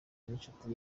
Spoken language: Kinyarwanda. inshuti